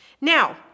Now